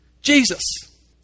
Jesus